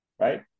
right